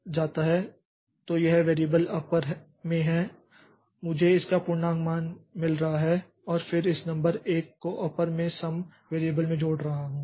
तो यह variable upper में है मुझे इसका पूर्णांक मान मिल रहा है और फिर मैं इस नंबर 1 को अपर में सम वेरिएबल में जोड़ रहा हूं